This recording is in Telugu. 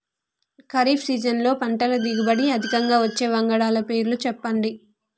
ఖరీఫ్ సీజన్లో పంటల దిగుబడి అధికంగా వచ్చే వంగడాల పేర్లు చెప్పండి?